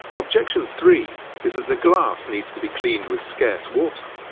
objection three is that the glass needs to be cleaned with scarce water.